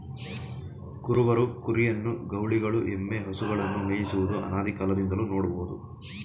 ಕುರುಬರು ಕುರಿಯನ್ನು, ಗೌಳಿಗಳು ಎಮ್ಮೆ, ಹಸುಗಳನ್ನು ಮೇಯಿಸುವುದು ಅನಾದಿಕಾಲದಿಂದಲೂ ನೋಡ್ಬೋದು